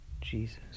jesus